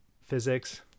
physics